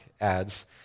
adds